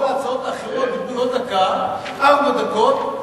כל ההצעות האחרות דיברו לא דקה, ארבע דקות.